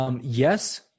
Yes